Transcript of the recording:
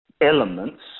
elements